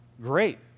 great